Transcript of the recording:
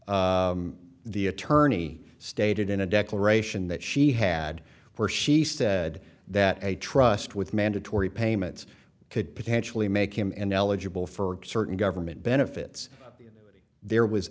the attorney stated in a declaration that she had where she said that a trust with mandatory payments could potentially make him ineligible for certain government benefits there was